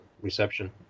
reception